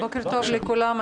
בוקר טוב לכולם.